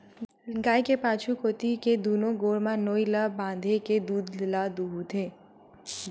गाय के पाछू कोती के दूनो गोड़ म नोई ल बांधे के दूद ल दूहूथे